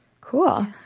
Cool